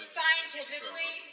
scientifically